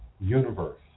universe